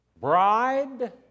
bride